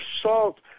assault